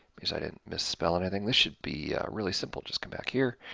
because i didn't misspell anything. this should be really simple, just come back here,